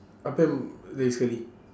apa yang lagi sekali